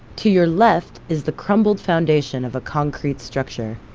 to your left is the crumbled foundation of a concrete structure.